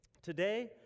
Today